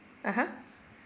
(uh huh)